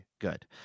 good